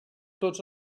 tots